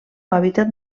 hàbitat